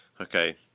okay